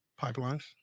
pipelines